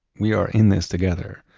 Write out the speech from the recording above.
we are in this together.